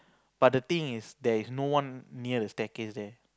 but the thing is there is no one near the staircase there